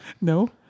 No